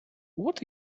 what